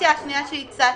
השנייה שהצעתי,